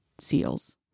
seals